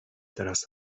teraz